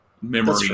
memory